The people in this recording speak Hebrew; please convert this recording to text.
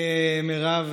מרב,